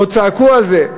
עוד צעקו על זה,